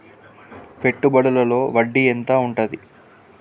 పెట్టుబడుల లో వడ్డీ ఎంత ఉంటది?